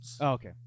Okay